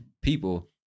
people